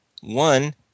one